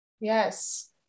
Yes